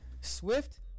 Swift